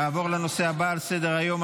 נעבור לנושא הבא על סדר-היום,